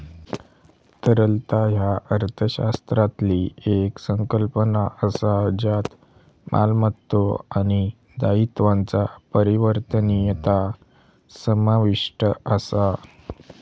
तरलता ह्या अर्थशास्त्रातली येक संकल्पना असा ज्यात मालमत्तो आणि दायित्वांचा परिवर्तनीयता समाविष्ट असा